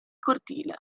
cortile